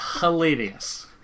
hilarious